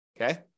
okay